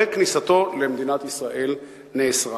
וכניסתו למדינת ישראל נאסרה.